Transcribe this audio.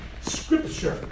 scripture